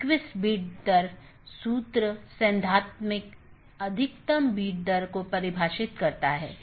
metric पर कोई सार्वभौमिक सहमति नहीं है जिसका उपयोग बाहरी पथ का मूल्यांकन करने के लिए किया जा सकता है